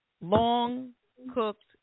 long-cooked